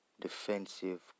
defensive